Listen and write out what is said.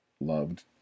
loved